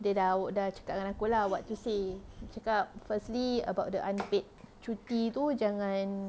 dia dah dah cakap dengan aku lah what to say dia cakap firstly about the unpaid cuti tu jangan